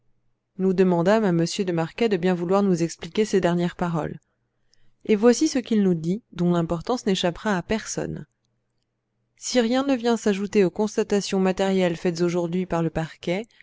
nous demandâmes à m de marquet de bien vouloir nous expliquer ces dernières paroles et voici ce qu'il nous dit dont l'importance n'échappera à personne si rien ne vient s'ajouter aux constatations matérielles faites aujourd'hui par le parquet